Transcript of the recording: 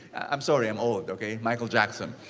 i'm sorry, i'm old. okay? michael jackson.